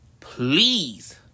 please